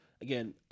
Again